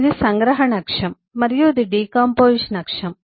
ఇది సంగ్రహణ అక్షం మరియు ఇది డికాంపొజిషన్ అక్షం